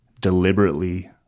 deliberately